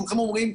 כולכם אומרים,